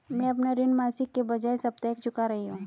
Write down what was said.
मैं अपना ऋण मासिक के बजाय साप्ताहिक चुका रही हूँ